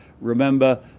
Remember